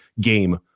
game